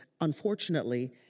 unfortunately